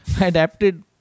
adapted